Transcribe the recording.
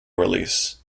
release